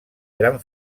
gran